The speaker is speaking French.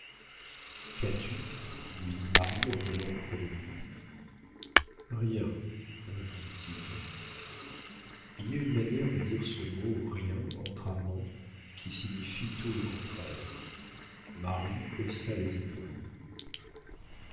qu'as-tu lui dit marie en volant auprès de lui rien répondit-il il y a une manière de dire ce mot rien entre amants qui signifie tout le contraire marie haussa les épaules